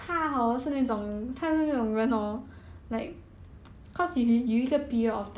orh oh skincare orh